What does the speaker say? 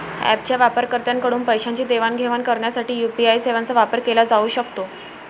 ऍपच्या वापरकर्त्यांकडून पैशांची देवाणघेवाण करण्यासाठी यू.पी.आय सेवांचा वापर केला जाऊ शकतो